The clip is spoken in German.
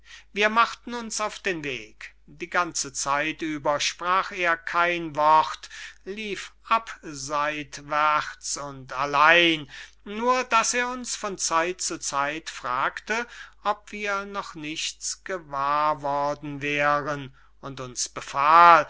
wir machten uns auf den weg die ganze zeit über sprach er kein wort lief abseitwärts und allein nur daß er uns von zeit zu zeit fragte ob wir noch nichts gewahr worden wären und uns befahl